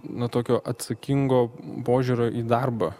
na tokio atsakingo požiūrio į darbą